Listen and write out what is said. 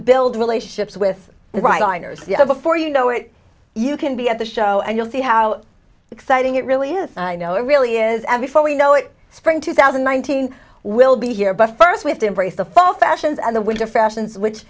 build relationships with the right liners you know before you know it you can be at the show and you'll see how exciting it really is i know it really is and before we know it spring two thousand one thousand will be here but first with embrace the fall fashions and the winter fashions which